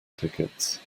tickets